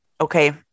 Okay